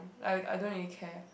I I don't really care